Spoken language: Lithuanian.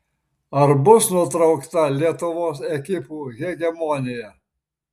ar bus nutraukta lietuvos ekipų hegemonija